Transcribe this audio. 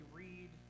read